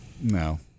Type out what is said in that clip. No